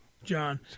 John